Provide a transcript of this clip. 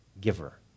giver